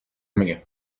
میگم